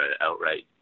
outright